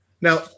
now